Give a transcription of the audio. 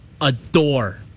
adore